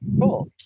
Cool